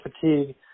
fatigue